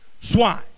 swine